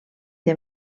del